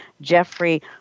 Jeffrey